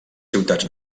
ciutats